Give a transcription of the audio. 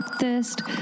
thirst